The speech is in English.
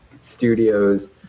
Studios